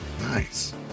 nice